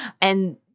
and-